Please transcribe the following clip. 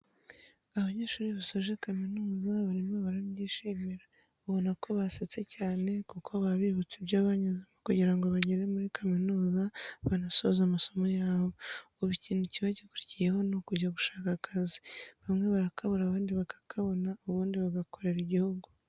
Abanyeshuri basoje kaminuza barimo barabyishimira, ubona ko basetse cyane kuko baba bibutse ibyo banyuzemo kugira ngo bagere muri kaminuza banasoze amasomo yabo. Ubu ikintu kiba gikurikiyeho ni ukujya gushaka akazi, bamwe barakabura abandi bakakabona ubundi bagakorera igihugu.